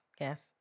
yes